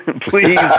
please